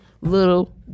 little